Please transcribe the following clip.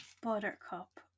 buttercup